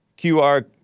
QR